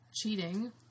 cheating